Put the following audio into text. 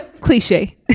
Cliche